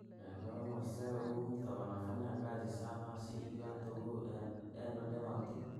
Neenda vonosea uhuu mtavana afanya kazi sana siivaatukuu e- endwaa nivantuu.